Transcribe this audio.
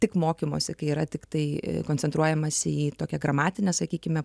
tik mokymosi kai yra tiktai koncentruojamasi į tokią gramatinę sakykime